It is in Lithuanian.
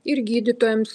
ir gydytojams